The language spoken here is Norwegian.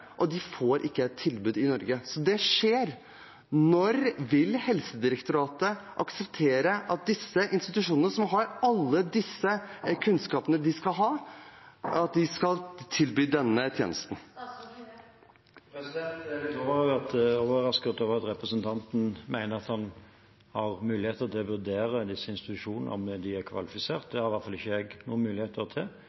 og de får ikke et tilbud i Norge. Så det skjer. Når vil Helsedirektoratet akseptere at disse institusjonene som har alle disse kunnskapene de skal ha, kan tilby denne tjenesten? Jeg er litt overrasket over at representanten mener at han har muligheter til å vurdere om disse institusjonene er kvalifisert. Det har i hvert fall ikke jeg noen muligheter til. Det vil de